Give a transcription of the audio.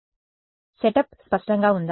కాబట్టి సెటప్ స్పష్టంగా ఉందా